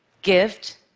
gift,